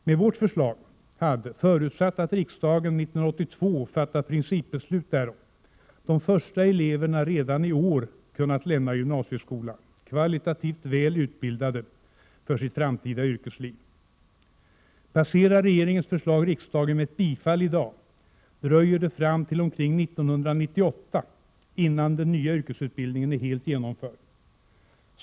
Med vårt förslag hade, förutsatt att riksdagen 1982 fattat principbeslut därom, de första eleverna redan i år kunnat lämna gymnasieskolan kvalitativt väl utbildade för sitt framtida yrkesliv. Passerar regeringens förslag riksdagen med ett bifall i dag, dröjer det fram till omkring 1998 innan den nya yrkesutbildningen är helt genomförd.